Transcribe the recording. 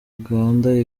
uganda